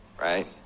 right